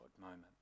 moment